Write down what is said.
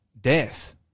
death